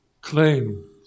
claim